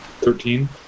Thirteen